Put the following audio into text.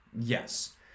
Yes